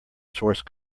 source